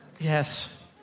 Yes